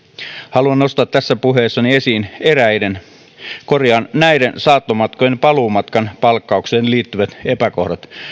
haluan nostaa tässä puheessani esiin näiden saattomatkojen paluumatkan palkkaukseen liittyvät epäkohdat